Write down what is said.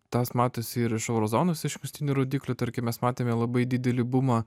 tas matosi ir iš euro zonos išankstinių rodiklių tarkim mes matėme labai didelį bumą